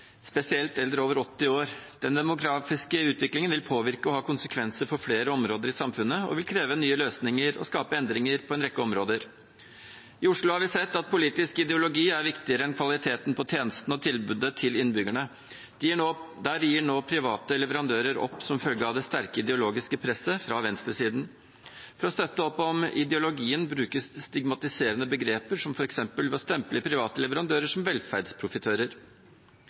spesielt eldre over 80 år. Den demografiske utviklingen vil påvirke og ha konsekvenser for flere områder i samfunnet og vil kreve nye løsninger og skape endringer på en rekke områder. I Oslo har vi sett at politisk ideologi er viktigere enn kvaliteten på tjenestene og tilbudet til innbyggerne. Der gir nå private leverandører opp som følge av det sterke ideologiske presset fra venstresiden. For å støtte opp om ideologien brukes stigmatiserende begreper, som f.eks. å stemple private leverandører som velferdsprofitører.